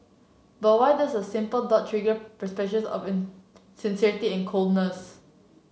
but why does a simple dot trigger perceptions of insincerity and coldness